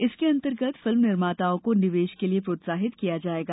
जिसके अंतर्गत फिल्म निर्माताओं को निवेश के लिए प्रोत्साहित किया जायेगा